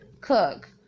cook